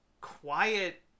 quiet